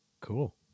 Cool